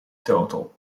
total